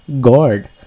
god